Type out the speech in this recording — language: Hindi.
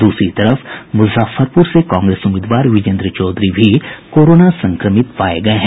दूसरी तरफ मुजफ्फरपुर से कांग्रेस उम्मीदवार विजेन्द्र चौधरी भी कोरोना संक्रमित पाये गये हैं